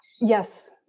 yes